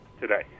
today